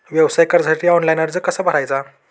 व्यवसाय कर्जासाठी ऑनलाइन अर्ज कसा भरायचा?